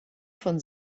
von